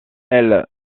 elle